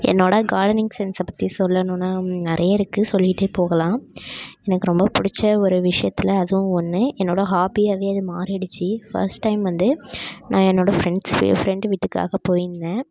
என்னோடய கார்டனிங் சென்ஸை பற்றி சொல்லனுன்னால் நிறைய இருக்குது சொல்லிகிட்டே போகலாம் எனக்கு ரொம்ப பிடிச்ச ஒரு விஷயத்தில் அதுவும் ஒன்று என்னோடய ஹாபியாகவே அது மாறிடுத்து ஃபர்ஸ்ட் டைம் வந்து நான் என்னோடய ஃப்ரெண்ட்ஸு ஃப்ரெண்டு வீட்டுக்காக போயிருந்தேன்